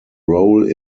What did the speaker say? role